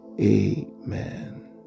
Amen